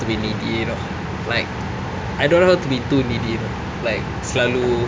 to be needy you know like I don't want her to be too needy like selalu